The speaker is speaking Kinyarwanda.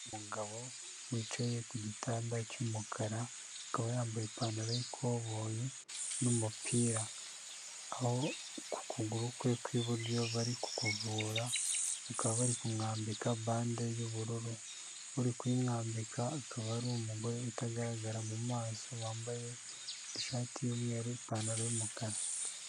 Umugabo wicaye ku gitanda cy'umukara akaba yambaye ipantaro y'ikoboyi n'umupira, aho ku kuguru kwe kw'iburyo bari kukuvura bakaba bari kumwambika bande y'ubururu, uri kuyimwambika akaba ari umugore utagaragara mu maso wambaye ishati y'umweru ipantaro y'umukara.